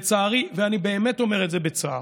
ולצערי, ואני באמת אומר את זה בצער,